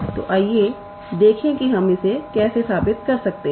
तो आइए देखें कि हम इसे कैसे साबित कर सकते हैं